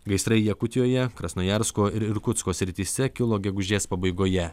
gaisrai jakutijoje krasnojarsko ir irkutsko srityse kilo gegužės pabaigoje